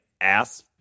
ass